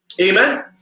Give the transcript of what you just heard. Amen